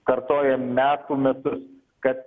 kartoja metų metus kad